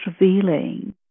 revealing